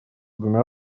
двумя